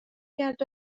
کرد